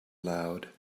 aloud